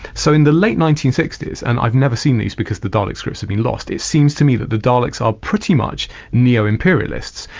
so in the late nineteen sixty s and i've never seen these because the dalek scripts have been lost, it seems to me that the daleks are pretty much neo-imperialists,